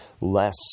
Less